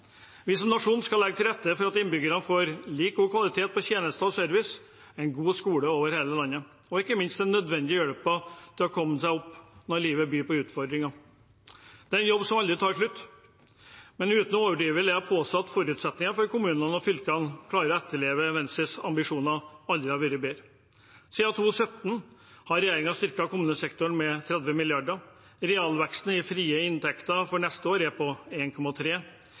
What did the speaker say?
Vi som nasjon skal legge til rette for at innbyggerne får like god kvalitet på tjenester og service, en god skole over hele landet og ikke minst den nødvendige hjelpen til å komme seg opp når livet byr på utfordringer. Det er en jobb som aldri tar slutt, men uten å overdrive vil jeg påstå at forutsetningene for at kommunene og fylkene klarer å etterleve Venstres ambisjoner, aldri har vært bedre. Siden 2017 har regjeringen styrket kommunesektoren med 30 mrd. kr. Realveksten i frie inntekter for neste år er på